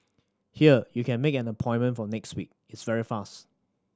here you can make an appointment for next week it's very fast